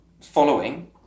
following